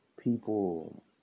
people